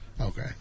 Okay